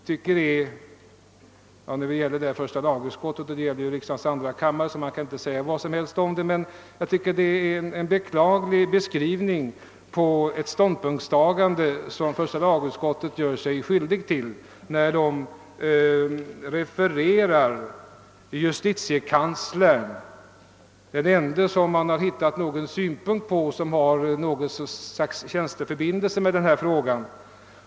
Trots att detta gäller första lagutskottet och debatten förs i riksdagens andra kammare tycker jag att man kan säga att första lagutskottet gör sig skyldigt till en betänklig beskrivning av ett ståndpunktstagande när utskottet repeterar justitiekanslern — den ende man funnit med någon synpunkt som å tjänstens vägnar har haft beröring med denna fråga.